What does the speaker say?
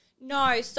No